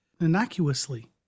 innocuously